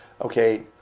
okay